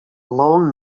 long